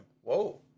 Whoa